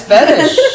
Fetish